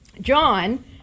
John